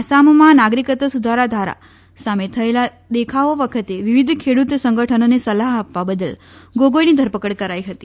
આસામમાં નાગરિકત્વ સુધારા ધારા સામે થયેલા દેખાવો વખતે વિવિધ ખેડૂત સંગઠનોને સલાહ આપવા બદલ ગોગોઈની ધરપકડ કરાઈ હતી